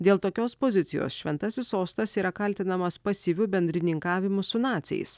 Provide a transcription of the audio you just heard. dėl tokios pozicijos šventasis sostas yra kaltinamas pasyviu bendrininkavimu su naciais